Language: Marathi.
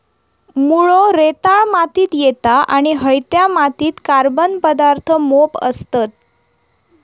मुळो रेताळ मातीत येता आणि हयत्या मातीत कार्बन पदार्थ मोप असतत